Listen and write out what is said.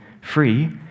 free